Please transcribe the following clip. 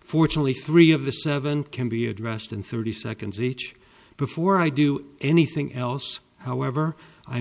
fortunately three of the seven can be addressed in thirty seconds each before i do anything else however i